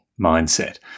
mindset